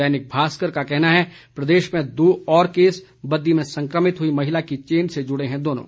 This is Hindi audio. दैनिक भास्कर का कहना है प्रदेश में दो और केस बद्दी में संक्रमित हुई महिला की चेन से जुड़े हैं दोनों